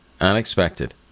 Unexpected